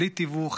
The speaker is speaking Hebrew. בלי תיווך,